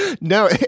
No